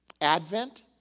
Advent